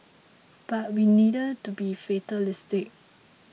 but we needn't to be fatalistic